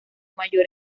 mayor